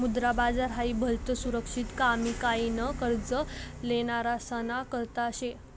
मुद्रा बाजार हाई भलतं सुरक्षित कमी काय न कर्ज लेनारासना करता शे